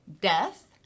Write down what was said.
death